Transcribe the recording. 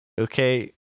Okay